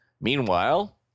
Meanwhile